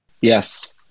Yes